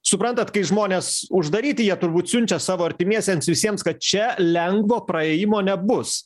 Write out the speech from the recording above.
suprantat kai žmonės uždaryti jie turbūt siunčia savo artimiesiems visiems kad čia lengvo praėjimo nebus